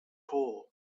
hole